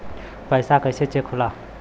पैसा कइसे चेक होला?